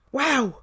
wow